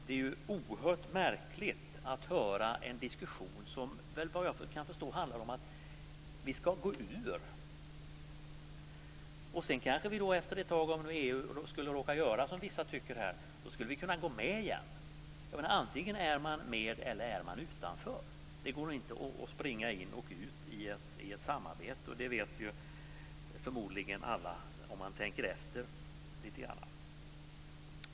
Det är oerhört märkligt att höra en diskussion som, såvitt jag kan förstå, handlar om att vi skall gå ur EU. Efter ett tag, om EU råkar göra som vissa här tycker, skulle vi kunna gå med igen. Antingen är man med eller är man utanför. Det går inte att springa in i och ut ur ett samarbete. Det vet förmodligen alla om de tänker efter.